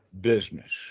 business